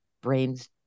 brains